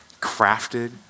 crafted